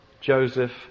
Joseph